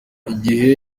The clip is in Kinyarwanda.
igihe